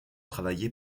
travaillé